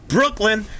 Brooklyn